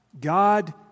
God